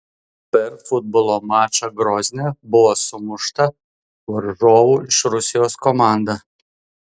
per futbolo mačą grozne buvo sumušta varžovų iš rusijos komanda